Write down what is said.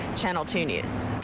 channel two news.